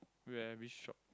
where which shop